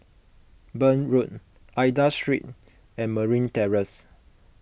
Burn Road Aida Street and Marine Terrace